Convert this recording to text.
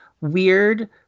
weird